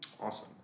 Awesome